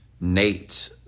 Nate